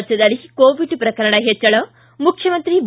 ರಾಜ್ಯದಲ್ಲಿ ಕೋವಿಡ್ ಪ್ರಕರಣ ಹೆಚ್ಚಳ ಮುಖ್ಯಮಂತ್ರಿ ಬಿ